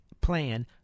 plan